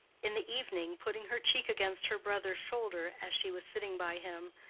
in the evening, putting her cheek against her brother's shoulder as she was sitting by him,